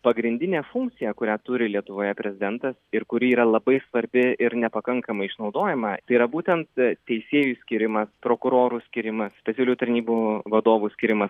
pagrindinė funkcija kurią turi lietuvoje prezidentas ir kuri yra labai svarbi ir nepakankamai išnaudojama tai yra būtent teisėjų skyrimas prokurorų skyrimas specialiųjų tarnybų vadovų skyrimas